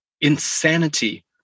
insanity